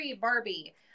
Barbie